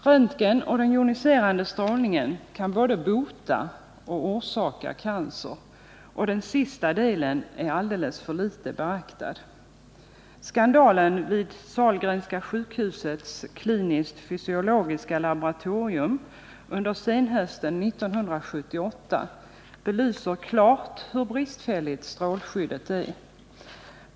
Röntgen och den joniserande strålningen kan både bota och orsaka cancer, och den sista delen är alldeles för litet beaktad. Skandalen vid Sahlgrenska sjukhusets kliniskt fysiologiska laboratorium under senhösten 1978 belyser klart hur bristfälligt strålskyddet är.